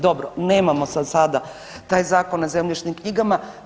Dobro, nemamo za sada taj Zakon o zemljišnim knjigama.